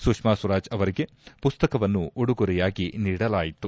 ಸುಷ್ಕಾ ಸ್ವರಾಜ್ ಅವರಿಗೆ ಮಸ್ತಕವನ್ನು ಉಡುಗೊರೆಯಾಗಿ ನೀಡಲಾಯಿತು